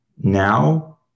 Now